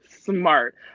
Smart